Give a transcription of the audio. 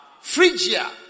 Phrygia